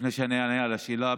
לפני שאני אענה על השאלה,